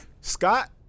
Scott